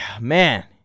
man